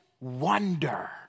wonder